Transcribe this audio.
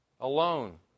alone